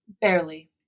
Barely